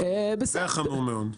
זה חמור מאוד.